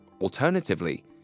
Alternatively